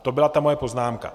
To byla ta moje poznámka.